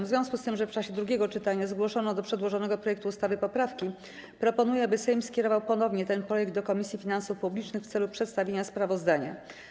W związku z tym, że w czasie drugiego czytania zgłoszono do przedłożonego projektu ustawy poprawki, proponuję, aby Sejm skierował ponownie ten projekt do Komisji Finansów Publicznych w celu przedstawienia sprawozdania.